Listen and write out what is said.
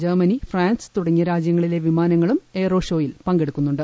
Germany France തുടങ്ങിയ് രാജ്യങ്ങളിലെ വിമാനങ്ങളും എയ്റോ ഷോയിൽ പങ്കെടുക്കുന്നുണ്ട്